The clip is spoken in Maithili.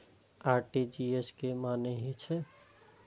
आर.टी.जी.एस के की मानें हे छे?